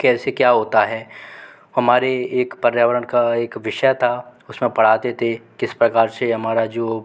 कैसे क्या होता है हमारे एक पर्यावरण का एक विषय था उस में पढ़ाते थे किस प्रकार से हमारा जो